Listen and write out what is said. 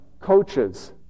coaches